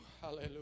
Hallelujah